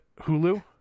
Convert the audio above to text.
Hulu